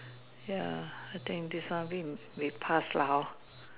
ya I think this one a bit we pass lah hor